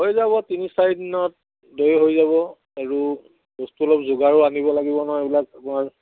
হৈ যাব তিনি চাৰি দিনত দৈ হৈ যাব আৰু বস্তু অলপ যোগাৰো আনিব লাগিব নহয় এইবিলাক আমাৰ